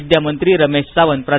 विद्या मंत्री रमेश सावंत प्रा